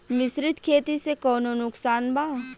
मिश्रित खेती से कौनो नुकसान बा?